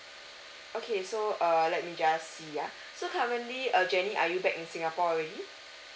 okay so err let me just see ah so currently uh jenny are you back in singapore already